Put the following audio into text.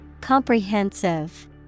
comprehensive